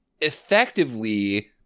effectively